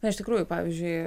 na iš tikrųjų pavyzdžiui